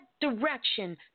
direction